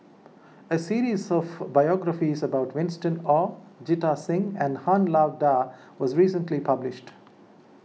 a series of biographies about Winston Oh Jita Singh and Han Lao Da was recently published